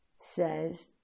says